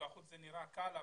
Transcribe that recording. מבחוץ זה נראה קל,